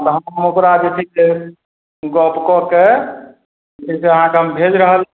हम ओकरा जे छै से गप कऽ के जे छै से अहाँकेँ हम भेजि रहल छी